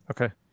Okay